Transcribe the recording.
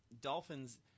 dolphins